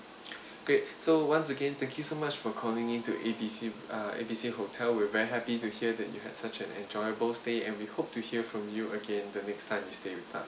great so once again thank you so much for calling in to A B C uh A B C hotel we're very happy to hear that you had such an enjoyable stay and we hope to hear from you again the next time you stay with us